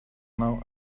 now